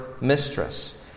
mistress